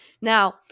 Now